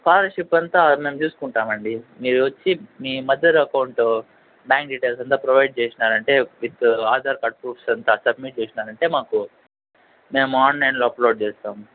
scholarship అంతా అది మేము చూసుకుంటాం అండి మీరు వచ్చి మీ మదర్ అకౌంట్ బ్యాంక్ డీటెయిల్స్ అంతా ప్రొవైడ్ చేసినారంటే విత్ ఆధార్ కార్డు ప్రూఫ్స్ అంతా సబ్మిట్ చేసినారు అంటే మాకు మేము ఆన్లైన్లో అప్లోడ్ చేస్తాము